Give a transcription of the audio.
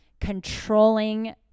controlling